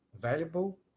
valuable